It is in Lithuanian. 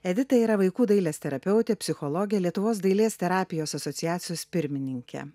edita yra vaikų dailės terapeutė psichologė lietuvos dailės terapijos asociacijos pirmininkė